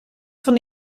van